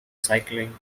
cycling